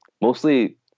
Mostly